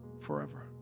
forever